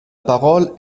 parole